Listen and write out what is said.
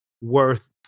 worth